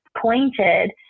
pointed